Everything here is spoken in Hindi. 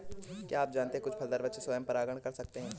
क्या आप जानते है कुछ फलदार वृक्ष स्वयं परागण कर सकते हैं?